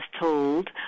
told